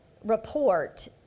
report